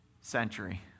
century